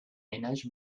ménages